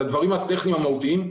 על הדברים הטכניים המהותיים,